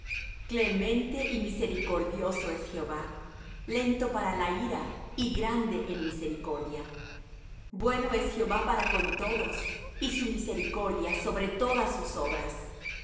clemente y misericordioso es jehová lento para la ira y grande en misericordia bueno es jehová para con todos y sus misericordia sobre todas sus obras